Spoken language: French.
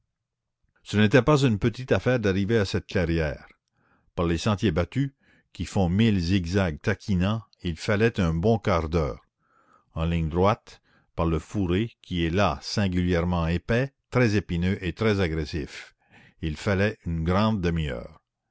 ce n'était pas une petite affaire d'arriver à cette clairière par les sentiers battus qui font mille zigzags taquinants il fallait un bon quart d'heure en ligne droite par le fourré qui est là singulièrement épais très épineux et très agressif il fallait une grande demi-heure